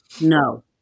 no